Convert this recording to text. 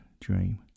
dream